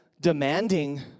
demanding